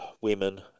women